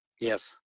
Yes